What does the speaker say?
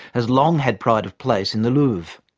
has long had pride of place in the louvre.